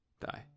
die